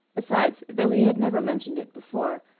besides, though he had never mentioned it before,